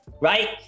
right